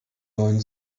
neuen